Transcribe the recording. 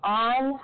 on